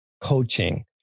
coaching